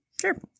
Sure